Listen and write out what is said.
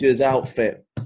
outfit